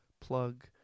plug